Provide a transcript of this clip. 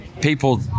People